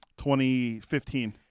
2015